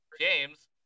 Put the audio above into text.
James